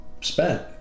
spent